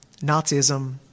Nazism